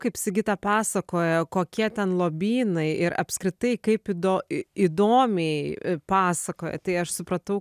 kaip sigita pasakoja kokie ten lobynai ir apskritai kaip ido įdomiai pasakoja tai aš supratau